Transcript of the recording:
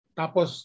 tapos